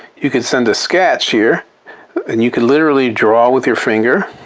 you can send a sketch here and you can literally draw with your finger